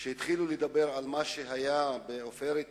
שהתחילו לדבר על מה שהיה ב"עופרת יצוקה"